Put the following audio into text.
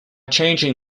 changing